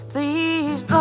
Please